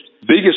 biggest